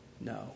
No